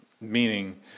Meaning